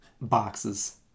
boxes